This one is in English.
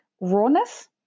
rawness